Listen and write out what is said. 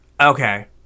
Okay